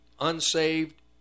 unsaved